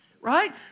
right